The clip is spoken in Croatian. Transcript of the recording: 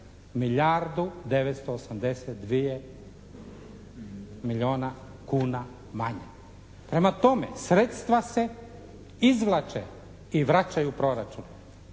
milijardu 982 milijuna kuna manje. Prema tome, sredstva se izvlače i vraćaju proračunu.